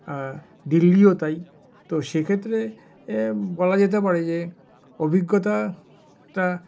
দিল্লিও তাই তো সেক্ষেত্রে বলা যেতে পারে যে অভিজ্ঞতা তা